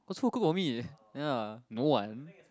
cause who cook for me ya no one